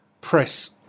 press